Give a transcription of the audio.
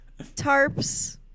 tarps